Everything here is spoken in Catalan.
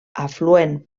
afluent